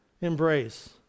embrace